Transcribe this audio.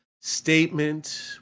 statement